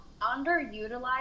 underutilized